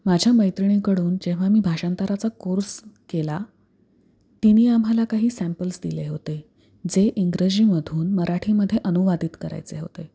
माझ्या मैत्रिणीकडून जेव्हा मी भाषांतराचा कोर्स केला तिने आम्हाला काही सॅम्पल्स दिले होते जे इंग्रजीमधून मराठीमध्ये अनुवादित करायचे होते